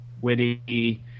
witty